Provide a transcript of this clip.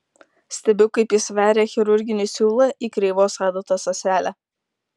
stebiu kaip jis veria chirurginį siūlą į kreivos adatos ąselę